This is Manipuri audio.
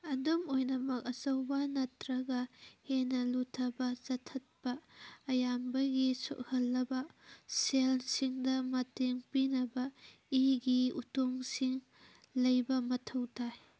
ꯑꯗꯨꯝ ꯑꯣꯏꯅꯃꯛ ꯑꯆꯧꯕ ꯅꯠꯇ꯭ꯔꯒ ꯍꯦꯟꯅ ꯂꯨꯊꯕ ꯆꯊꯠꯄ ꯑꯌꯥꯝꯕꯒꯤ ꯁꯣꯛꯍꯜꯂꯕ ꯁꯦꯜꯁꯤꯡꯗ ꯃꯇꯦꯡ ꯄꯤꯅꯕ ꯏꯒꯤ ꯎꯇꯣꯡꯁꯤꯡ ꯂꯩꯕ ꯃꯊꯧ ꯇꯥꯏ